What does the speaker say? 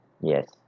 Yes